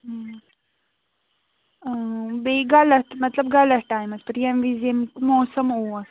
بیٚیہِ غلط مطلب غلط ٹایمَس پٮ۪ٹھ ییٚمہِ وِزِ ییٚمیُک موسم اوس